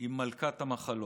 עם מלכת המחלות.